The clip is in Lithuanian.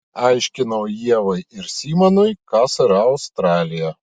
aiškinau ievai ir simonui kas yra australija